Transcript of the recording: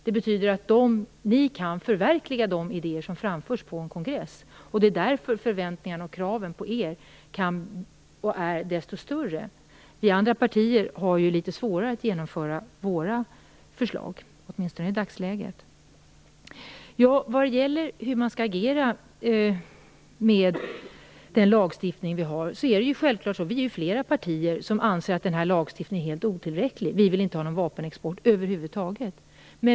Socialdemokraterna kan förverkliga de idéer som framförs på en kongress. Därför är förväntningarna och kraven desto större. Vi andra har litet svårare att genomföra våra förslag, åtminstone i dagsläget. När det gäller hur man skall agera med den lagstiftning vi har är vi flera partier som anser att lagstiftningen är helt otillräcklig. Vi vill inte ha någon vapenexport över huvud taget.